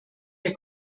der